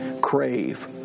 crave